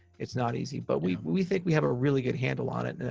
it's not easy, but we we think we have a really good handle on it,